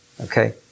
okay